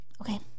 Okay